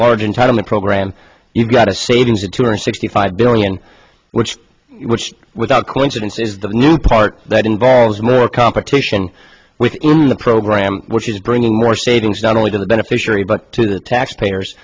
large entitlement program you've got a savings of two hundred sixty five billion which without coincidence is the new part that involves more competition within the program which is bringing more savings not only to the beneficiary but to the taxpayers